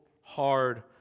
hard